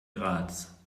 graz